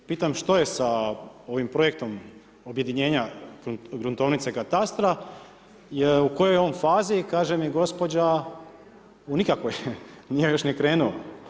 Pitam što je sa ovim projektom objedinjenja gruntovnice i katastra, u kojoj je on fazi, kaže mi gospođa u nikakvoj, nije još ni krenuo.